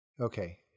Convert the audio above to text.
Okay